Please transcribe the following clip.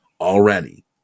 Already